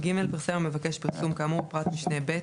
פרסם המבקש פרסום כאמור בפרט משנה (ב),